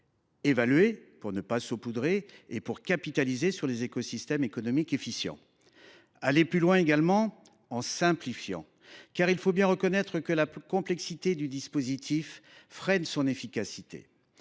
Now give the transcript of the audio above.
évaluer pour ne pas saupoudrer et pour capitaliser sur les écosystèmes économiques efficients. Il faut aller plus loin également en simplifiant, car il faut bien reconnaître que la complexité du dispositif nuit à son efficacité.